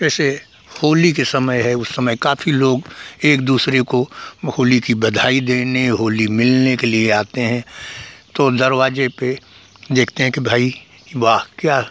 जैसे होली के समय है उस समय काफ़ी लोग एक दूसरे को वह होली की बधाई देने होली मिलने के लिए आते हैं तो दरवाज़े पर देखते हैं कि भई वाह क्या